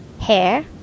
hair